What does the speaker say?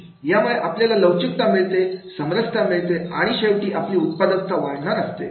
यामुळे आपल्याला लवचिकता मिळते समरसता मिळते आणि शेवटी आपली उत्पादकता वाढणार असते